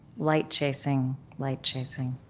light chasing, light chasing.